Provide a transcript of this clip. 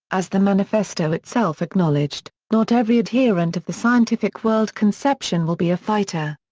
as the manifesto itself acknowledged, not every adherent of the scientific world-conception will be a fighter.